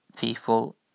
people